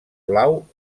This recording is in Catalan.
blau